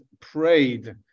prayed